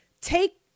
take